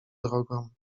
drogą